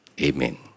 Amen